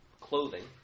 clothing